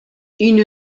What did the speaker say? une